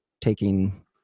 taking